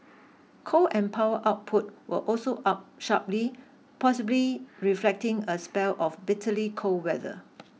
coal and power output were also up sharply possibly reflecting a spell of bitterly cold weather